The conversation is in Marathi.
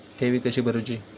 ठेवी कशी भरूची?